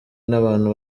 n’abantu